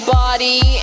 body